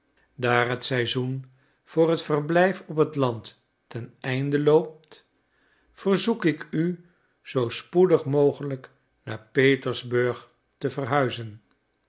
daar het seisoen voor het verblijf op het land ten einde loopt verzoek ik u zoo spoedig mogelijk naar petersburg te verhuizen